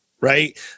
right